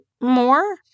more